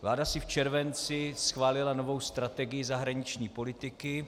Vláda si v červenci schválila novou strategii zahraniční politiky.